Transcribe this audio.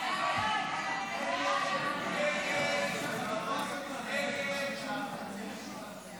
הסתייגות 18 לא נתקבלה.